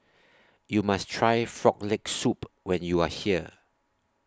YOU must Try Frog Leg Soup when YOU Are here